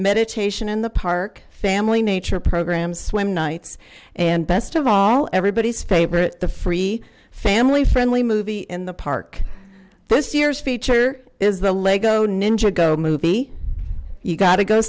meditation in the park family nature programs swim nights and best of all everybody's favorite the free family friendly movie in the park this year's feature is the lego ninjago movie you got to go